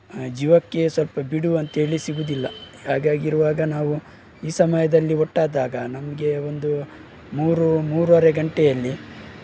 ಜೀವಕ್ಕೆ ಸ್ವಲ್ಪ ಬಿಡುವಂಥೇಳಿ ಸಿಗೋದಿಲ್ಲ ಹಾಗಾಗಿರುವಾಗ ನಾವು ಈ ಸಮಯದಲ್ಲಿ ಒಟ್ಟಾದಾಗ ನಮಗೆ ಒಂದು ಮೂರು ಮೂರುವರೆ ಗಂಟೆಯಲ್ಲಿ